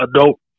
adult